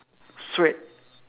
suede